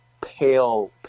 pale